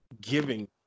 giving